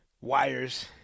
wires